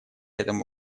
этому